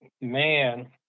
man